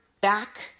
back